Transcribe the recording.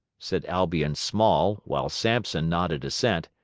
said albion small, while sampson nodded assent,